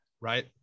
Right